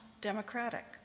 democratic